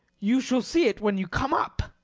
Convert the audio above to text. you shall see it when you come up.